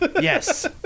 Yes